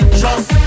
trust